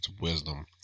wisdom